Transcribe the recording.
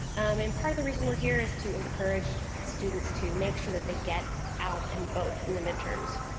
and part of the reason we're here is to encourage students to make sure that they get out and vote in the midterms.